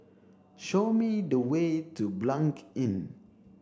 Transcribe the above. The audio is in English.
show me the way to Blanc Inn